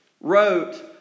wrote